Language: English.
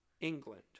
England